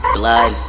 blood